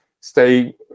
stay